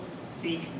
Seek